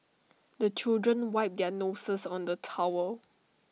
the children wipe their noses on the towel